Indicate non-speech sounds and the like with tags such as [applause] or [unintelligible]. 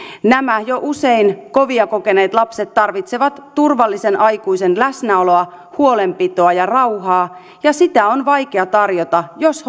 nämä jo usein kovia kokeneet lapset tarvitsevat turvallisen aikuisen läsnäoloa huolenpitoa ja rauhaa ja sitä on vaikea tarjota jos [unintelligible]